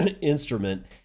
instrument